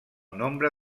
nombre